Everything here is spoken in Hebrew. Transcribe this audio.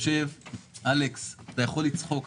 אלכס, אתה יכול לצחוק.